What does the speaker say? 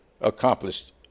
accomplished